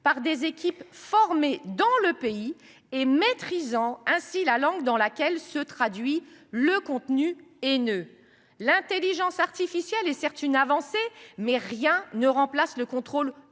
par des équipes formées dans le pays et maîtrisant ainsi la langue dans laquelle est produit le contenu haineux. Exactement ! L’intelligence artificielle est, certes, une avancée, mais rien ne remplace le contrôle